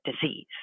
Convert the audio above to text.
disease